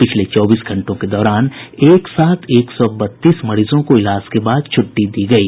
पिछले चौबीस घंटों के दौरान एक साथ एक सौ बत्तीस मरीजों को इलाज के बाद छुट्टी दी गयी